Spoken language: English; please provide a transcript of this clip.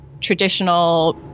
traditional